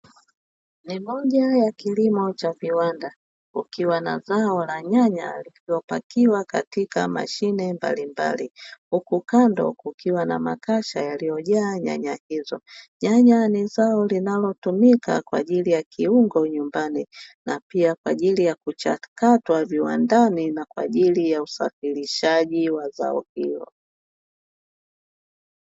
Ni moja ya kilimo cha viwanda kukiwa na zao la nyanya lililopakiwa katika mashine mbalimbali, huku kando kukiwa na makasha yaliyojaa nyanya hizo, nyanya ni zao linalotumika kwa ajili ya kiungo nyumbani na pia kwa ajili ya kuchakatwa viwandani na kwa ajili ya usafirishaji wa zao hilo.